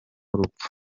urupfu